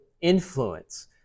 influence